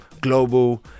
global